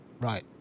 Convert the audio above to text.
Right